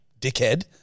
dickhead